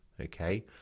okay